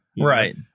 Right